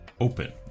open